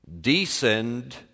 descend